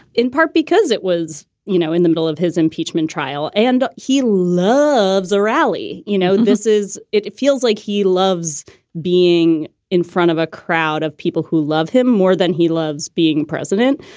in part because it was, you know, in the middle of his impeachment trial. and he loves a rally. you know, this is it it feels like he loves being in front of a crowd of people who love him more than he loves being president.